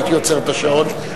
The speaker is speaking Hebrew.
הייתי עוצר את השעון,